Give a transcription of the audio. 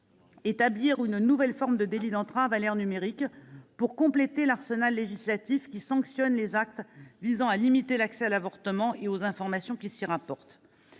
établir une nouvelle forme de délit d'entrave à l'ère numérique, pour compléter l'arsenal législatif qui sanctionne les actes visant à limiter l'accès à l'avortement et aux informations qui s'y rapportent.